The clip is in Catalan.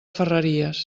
ferreries